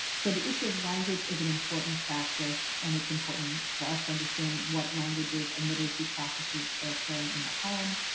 so the issue of language is an important factor, and it's important for us to understand what languages and literacy practices are occurring in the home.